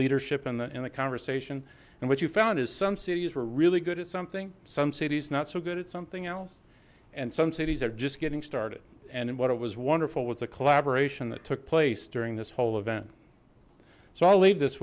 leadership in the in the conversation and what you found is some cities were really good at something some cities not so good at something else and some cities are just getting started and what it was wonderful was the collaboration that took place during this whole event so i'll leave this